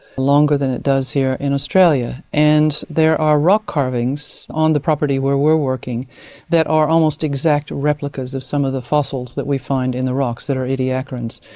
longer than it does here in australia, and there are rock carvings on the property where we're working that are almost exact replicas of some of the fossils that we find in the rocks that are ediacarans.